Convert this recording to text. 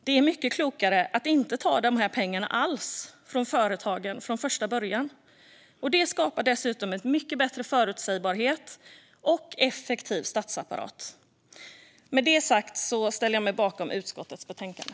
Det är mycket klokare att inte ta de pengarna alls från företagen från första början. Det skapar dessutom en mycket bättre förutsägbarhet och en effektiv statsapparat. Med det ställer jag mig bakom utskottets betänkande.